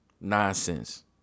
nonsense